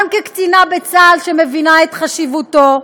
גם כקצינה בצה"ל שמבינה את חשיבותו.